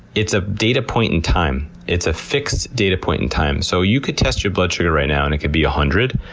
it's a datapoint in time. it's a fixed datapoint in time, so you could test your blood sugar right now and it could be one hundred,